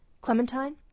Clementine